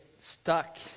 Stuck